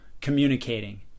communicating